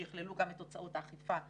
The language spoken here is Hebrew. שיכללו גם את הוצאות האכיפה והגבייה.